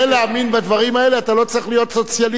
כדי להאמין בדברים האלה אתה לא צריך להיות סוציאליסט.